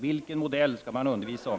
Vilken modell skall de undervisa om?